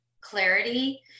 clarity